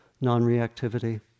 non-reactivity